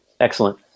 Excellent